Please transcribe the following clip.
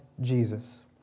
Jesus